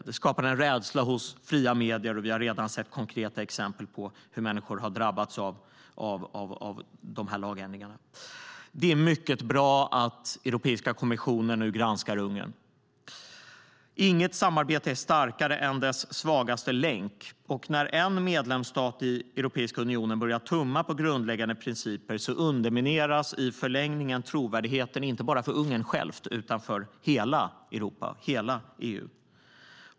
Det skapar en rädsla hos fria medier, och vi har redan sett konkreta exempel på hur människor har drabbats av dessa lagändringar. Det är därför mycket bra att Europeiska kommissionen nu granskar Ungern. Inget samarbete är starkare än dess svagaste länk. När en medlemsstat i Europeiska unionen börjar tumma på grundläggande principer undermineras i förlängningen trovärdigheten inte bara för Ungern självt utan för hela Europa, hela EU.